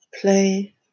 play